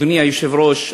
אדוני היושב-ראש,